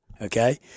okay